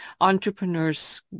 entrepreneurs